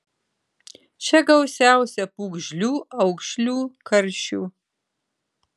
čia gausiausia pūgžlių aukšlių karšių